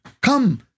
come